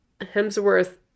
hemsworth